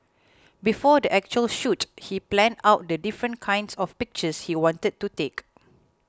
before the actual shoot he planned out the different kinds of pictures he wanted to take